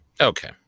Okay